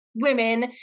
women